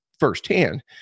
Firsthand